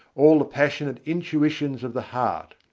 all the passionate intuitions of the heart.